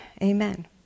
Amen